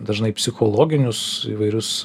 dažnai psichologinius įvairius